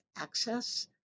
access